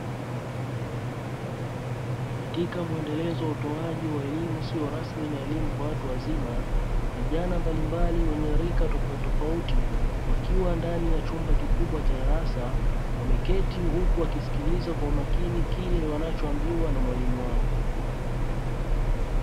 Katika mwendelezo wa utoaji wa elimu isiyo rasmi na elimu kwa watu wazima vijana mbalimbali, wenye rika tofauti tofauti wakiwa ndani ya chumba kikubwa cha darasa wameketi, huku wakisikiliza kwa umakini kile wanachoambiwa na mwalimu wao.